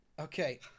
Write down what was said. okay